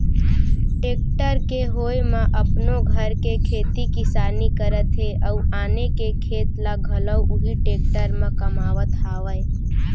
tractor के होय म अपनो घर के खेती किसानी करत हें अउ आने के खेत ल घलौ उही टेक्टर म कमावत हावयँ